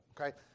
Okay